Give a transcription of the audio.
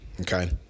Okay